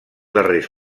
darrers